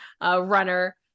runner